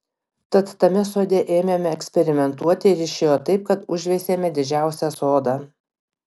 tad tame sode ėmėme eksperimentuoti ir išėjo taip kad užveisėme didžiausią sodą